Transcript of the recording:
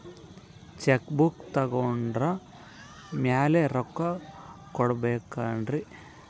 Check book ತೊಗೊಂಡ್ರ ಮ್ಯಾಲೆ ರೊಕ್ಕ ಕೊಡಬೇಕರಿ?